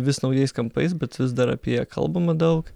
vis naujais kampais bet vis dar apie ją kalbama daug